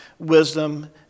wisdom